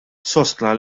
sostna